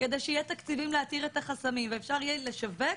כדי שיהיו תקציבים להתיר את החסמים ואפשר יהיה לשווק,